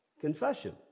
confession